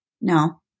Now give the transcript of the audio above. No